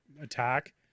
attack